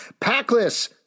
Packless